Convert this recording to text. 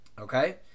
okay